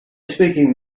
speaking